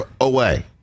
away